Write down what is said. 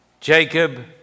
Jacob